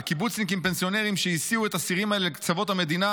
וקיבוצניקים פנסיונרים שהסיעו את הסירים האלה לקצוות המדינה